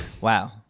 wow